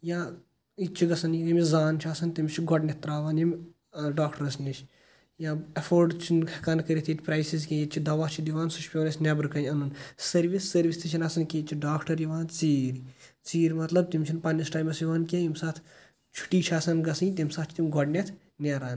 یا یہِ تہِ چھُ گَژَان یٔمِس زان چھِ آسان تٔمِس چھِ گۄڈنٮ۪تھ ترٛاوان یِم ڈاکٹرَس نِش یا ایفوڑ چھِنہٕ ہیکان کٔرِتھ ییٚتہِ پرٛایسِز کِہیٖنۍ ییٚتہِ چھِ دَوا چھِ دِوان سُہ چھُ پٮ۪وان اسہِ نٮ۪برٕ کنۍ اَنُن سٔروِس سٔروِس تہِ چھنہٕ آسان کِہینۍ ییٚتۍ چھِ ڈاکٹَر یِوان ژیٖرۍ ژیٖرۍ مطلَب تِم چھِنہٕ پَننِس ٹایِمَس یِوان کیٚنٛہہ ییٚمۍ ساتہٕ چھُٹی چھِ آسان گَژٕھنۍ تَمہِ سات چھِ تِم گۄڈنٮ۪تھ نیران